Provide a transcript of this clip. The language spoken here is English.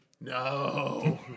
No